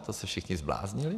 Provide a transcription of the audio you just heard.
To se všichni zbláznili?